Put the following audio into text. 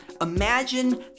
Imagine